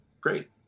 great